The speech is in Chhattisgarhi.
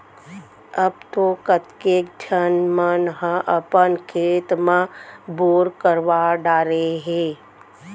अब तो कतेक झन मन ह अपन खेत म बोर करवा डारे हें